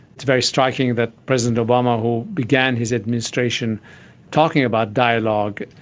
it's very striking that president obama, who began his administration talking about dialogue,